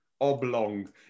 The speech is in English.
Oblong